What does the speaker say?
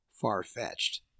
far-fetched